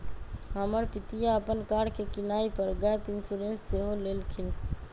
हमर पितिया अप्पन कार के किनाइ पर गैप इंश्योरेंस सेहो लेलखिन्ह्